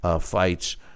fights